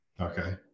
okay